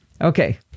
Okay